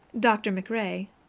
doctor macrae,